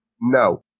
No